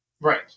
right